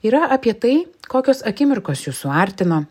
yra apie tai kokios akimirkos jus suartino